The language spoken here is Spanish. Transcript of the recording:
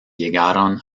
llegaron